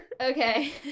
Okay